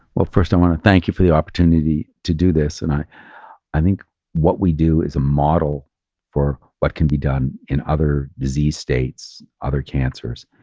well, first i want to thank you for the opportunity to do this. and i i think what we do is a model for what can be done in other disease states, other cancers,